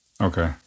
Okay